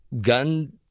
gun